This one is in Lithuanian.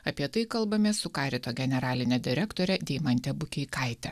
apie tai kalbamės su karito generaline direktore deimante bukeikaite